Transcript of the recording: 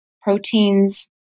proteins